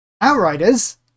Outriders